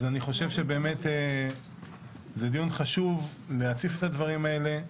אז אני חושב שבאמת זה דיון חשוב להציף את הדברים האלה.